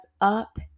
up